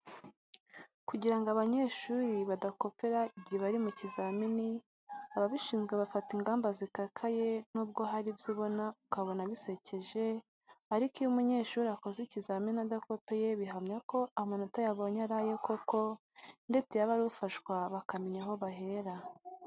Kugira ngo abanyeshuri badakopera igihe bari mu kizamini, ababishinzwe bafata ingamba zikakaye nubwo hari ibyo ubona ukabona bisekeje ariko iyo umunyeshuri akoze ikizamini adakopeye bihamya ko amanota yabonye ari aye koko ndetse yaba ari ufashwa bakamenya aho bahera.